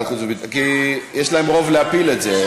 כי יש להם רוב להפיל את זה.